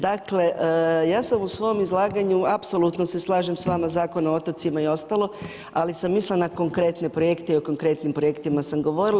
Dakle ja sam u svom izlaganju, apsolutno se slažem s vama Zakon o otocima i ostalo, ali sam mislila na konkretne projekte i o konkretnim projektima sam govorila.